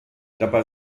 dabei